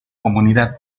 comunidad